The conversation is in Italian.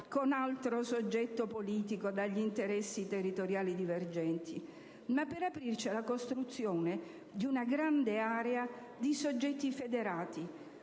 con altro soggetto politico dagli interessi territoriali divergenti, ma per aprirci alla costruzione di una grande area di soggetti federati